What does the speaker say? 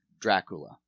Dracula